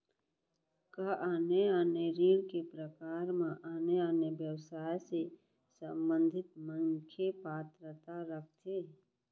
का आने आने ऋण के प्रकार म आने आने व्यवसाय से संबंधित मनखे पात्रता रखथे?